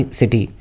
city